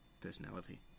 personality